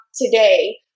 today